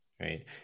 right